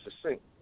succinct